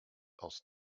aus